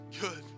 good